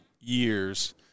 years